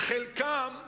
חלקם,